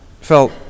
felt